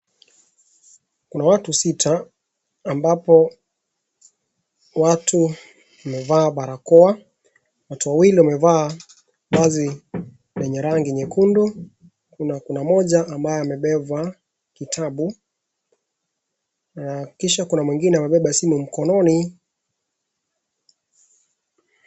Kuna watu sita, ambapo watu wamevaa barakoa, watu wawili wamevaa vazi lenye rangi nyekundu, kuna mmoja ambaye amebeba kitabu, kisha kuna mwingine amebeba simu mkononi.